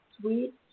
sweet